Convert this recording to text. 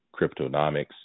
cryptonomics